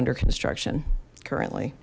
under construction currently